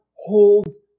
Holds